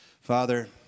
Father